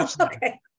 Okay